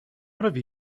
have